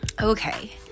Okay